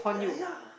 uh yeah